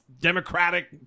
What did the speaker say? Democratic